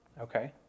Okay